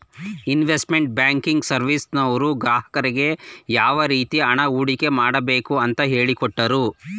investment banking ಸರ್ವಿಸ್ನವರು ಗ್ರಾಹಕರಿಗೆ ಯಾವ ರೀತಿ ಹಣ ಹೂಡಿಕೆ ಮಾಡಬೇಕು ಅಂತ ಹೇಳಿಕೊಟ್ಟರು